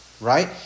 right